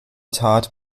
tat